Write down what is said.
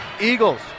Eagles